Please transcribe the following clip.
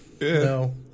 No